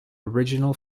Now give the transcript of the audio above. original